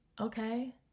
okay